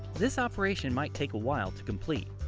this operation might take a while to complete.